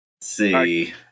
See